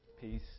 peace